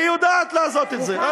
היא יודעת לעשות את זה.